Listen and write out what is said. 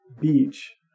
beach